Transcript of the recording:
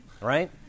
Right